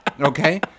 Okay